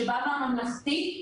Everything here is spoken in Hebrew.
שבא מהממלכתי,